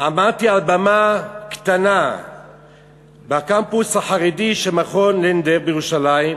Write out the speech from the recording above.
"עמדתי על במה קטנה בקמפוס החרדי של מכון לנדר בירושלים.